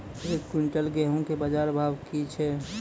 एक क्विंटल गेहूँ के बाजार भाव की छ?